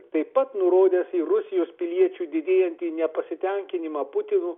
taip pat nurodęs į rusijos piliečių didėjantį nepasitenkinimą putinu